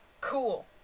cool